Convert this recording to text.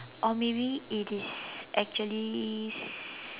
or maybe it is actually